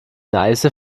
neiße